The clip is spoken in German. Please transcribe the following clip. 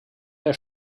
der